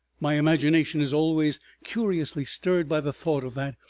my imagination is always curiously stirred by the thought of that,